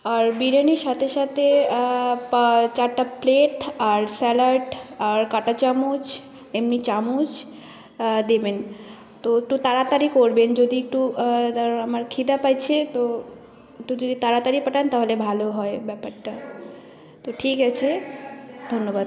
আর বিরিয়ানির সাথে সাথে চারটা প্লেট আর স্যালাড আর কাঁটা চামচ এমনি চামচ দেবেন তো একটু তাড়াতাড়ি করবেন যদি একটু কারণ আমার ক্ষিধে পেয়েছে তো একটু যদি তাড়াতাড়ি পেতাম তাহলে ভালো হয় ব্যাপারটা তো ঠিক আছে ধন্যবাদ